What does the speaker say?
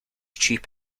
cheap